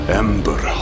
ember